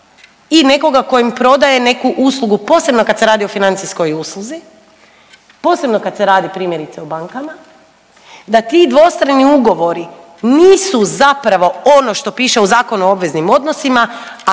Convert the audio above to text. i nekoga ko im prodaje neku uslugu, posebno kad se radi o financijskoj usluzi, posebno kad se radi primjerice o bankama, da ti dvostrani ugovori nisu zapravo ono što piše u Zakonu o obveznim odnosima,